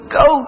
go